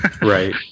Right